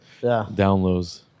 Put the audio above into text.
downloads